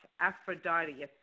aphrodite